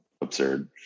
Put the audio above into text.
absurd